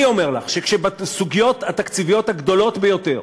אני אומר לך שכשבסוגיות התקציביות הגדולות ביותר,